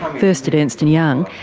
first at ernst and young,